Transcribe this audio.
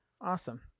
awesome